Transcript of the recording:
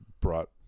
brought